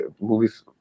movies